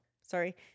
Sorry